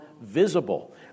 visible